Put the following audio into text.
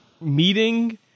Meeting